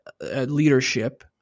leadership